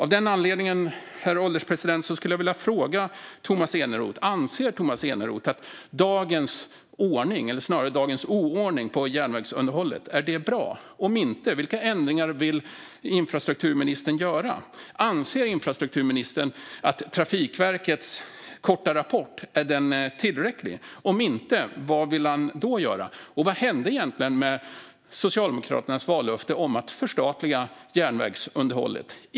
Av den anledningen, herr ålderspresident, skulle jag vilja fråga Tomas Eneroth: Anser Tomas Eneroth att dagens ordning, eller snarare dagens oordning, på järnvägsunderhållet är bra? Om inte, vilka ändringar vill infrastrukturministern göra? Anser infrastrukturministern att Trafikverkets korta rapport är tillräcklig? Om inte, vad vill han då göra? Och vad hände egentligen med Socialdemokraternas vallöfte om att förstatliga järnvägsunderhållet?